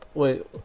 wait